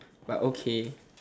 but okay